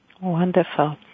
Wonderful